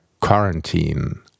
quarantine